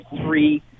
three